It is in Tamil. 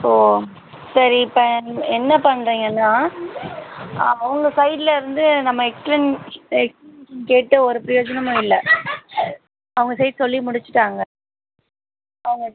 ஓ சரி இப்போ என்ன பண்ணுறிங்கனா அவங்கள் சைட்லிருந்து நம்ம எக்ஸ்ப்ளன் கேட்டு ஒரு பிரயோஜனமும் இல்லை அவங்க சைட் சொல்லி முடிச்சுட்டாங்க அவங்க